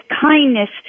kindness